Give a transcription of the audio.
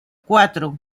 cuatro